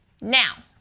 Now